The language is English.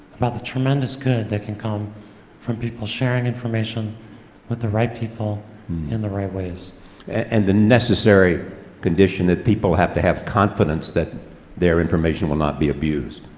about the tremendous good that can come from people sharing information with the right people in the right ways. cr and the necessary condition that people have to have confidence that their information will not be abused.